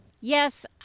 Yes